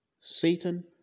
Satan